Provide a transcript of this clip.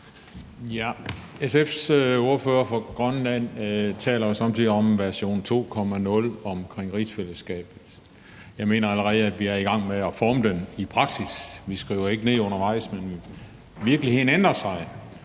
SF's ordfører for Grønland taler jo somme tider om version 2.0 i forhold til rigsfællesskabet. Jeg mener, at vi allerede er i gang med at forme den i praksis. Vi skriver ikke ned undervejs, men virkeligheden ændrer sig.